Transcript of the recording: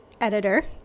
editor